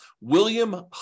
William